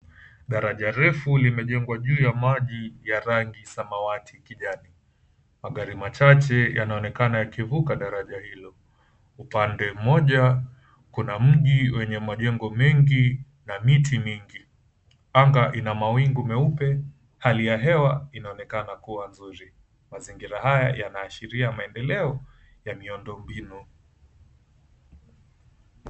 Daraja refu limejengwa juu ya maji ya rangi samawati kijani, magari machache yanaonekana yakivuka daraja hilo. Upande mmoja kuna mji wenye majengo mengi na miti mingi, anga ina mawingu meupe, hali ya hewa inaonekana kuwa nzuri, mazingira haya yanaashiria maendeleo ya miundombinu.